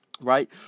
right